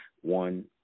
One